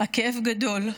הכאב גדול,